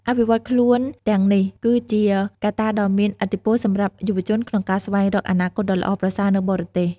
អភិវឌ្ឍខ្លួនទាំងនេះ គឺជាកត្តាដ៏មានឥទ្ធិពលសម្រាប់យុវជនក្នុងការស្វែងរកអនាគតដ៏ល្អប្រសើរនៅបរទេស។